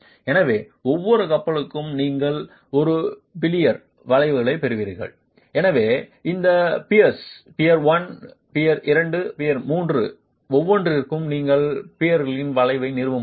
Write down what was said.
எனவே ஒவ்வொரு கப்பலுக்கும் நீங்கள் ஒரு பிலினியர் வளைவைப் பெறுவீர்கள் எனவே இந்த பியர்ஸ் பியர் 1 பியர் 2 பியர் 3 ஒவ்வொன்றிற்கும் நீங்கள் பிலினியர் வளைவை நிறுவ முடியும்